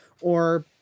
Or-